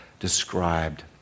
described